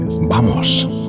¡vamos